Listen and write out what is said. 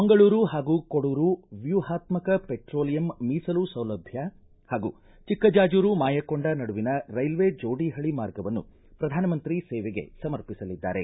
ಮಂಗಳೂರು ಹಾಗೂ ಕೊಡುರು ವ್ಯೂಹಾತ್ಸಕ ಪೆಟ್ರೋಲಿಯಂ ಮೀಸಲು ಸೌಲಭ್ಯ ಹಾಗೂ ಚಿಕ್ಕಜಾಜೂರು ಮಾಯಕೊಂಡ ನಡುವಿನ ರೈಲ್ವೆ ಜೋಡಿ ಹಳಿ ಮಾರ್ಗವನ್ನು ಪ್ರಧಾನಮಂತ್ರಿ ಸೇವೆಗೆ ಸಮರ್ಪಿಸಲಿದ್ದಾರೆ